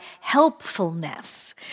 helpfulness